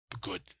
good